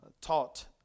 Taught